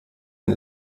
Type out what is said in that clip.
ein